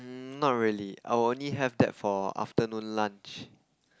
not really I'll only have that for afternoon lunch